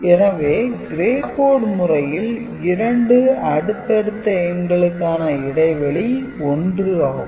எனவே "Gray code" முறையில் இரண்டு அடுத்தடுத்த எண்களுக்கான இடைவெளி 1 ஆகும்